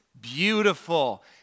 beautiful